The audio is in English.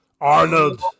Arnold